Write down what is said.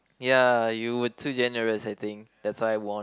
ya you were too generous I think that's why I won